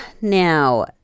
now